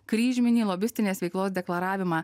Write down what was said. kryžminį lobistinės veiklos deklaravimą